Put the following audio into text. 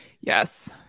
yes